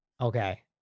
Okay